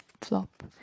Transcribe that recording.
flop